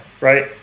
right